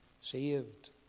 saved